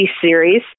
series